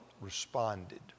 responded